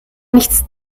nichts